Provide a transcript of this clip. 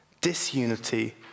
Disunity